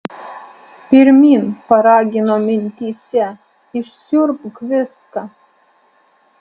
pirmyn paragino mintyse išsiurbk viską